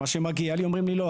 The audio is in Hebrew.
אומרים שלא,